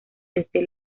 desde